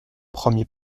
premier